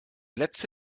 letzte